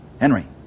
Henry